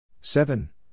seven